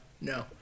no